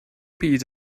byd